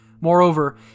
moreover